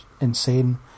insane